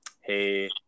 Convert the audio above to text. hey